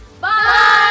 Bye